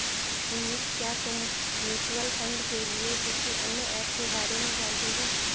सुमित, क्या तुम mutual fund के लिए किसी अन्य ऐप के बारे में जानते हो?